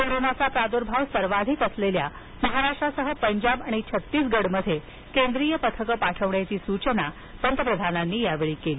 कोरोनाचा प्राद्भाव सर्वाधिक असलेल्या महाराष्ट्रासह पंजाब आणि छत्तीसगडमध्ये केंद्रीय पथक पाठवण्याची सूचना पंतप्रधानांनी केली